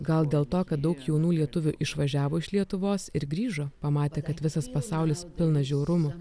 gal dėl to kad daug jaunų lietuvių išvažiavo iš lietuvos ir grįžo pamatė kad visas pasaulis pilnas žiaurumų